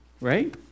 Right